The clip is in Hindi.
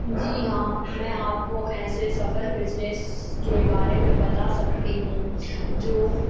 जी हाँ मैं आपको ऐसे सफ़ल बिजनेस के बारे में बता सकती हूँ जो